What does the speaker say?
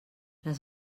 les